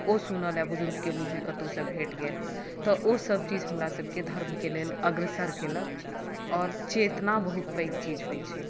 ओहो सुनऽ लेल बुजुर्गकेँ मुँह से कतौ भेट गेल तऽ ओ सभ चीज हमरा सभकेँ धर्मकेँ लेल अग्रसर केलक आओर चेतना बहुत पैघ चीज होइ छै